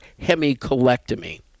hemicolectomy